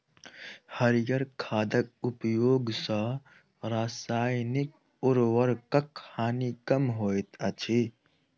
हरीयर खादक उपयोग सॅ रासायनिक उर्वरकक हानि कम होइत अछि